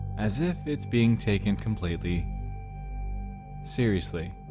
as if it's being taken completely seriously